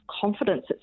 confidence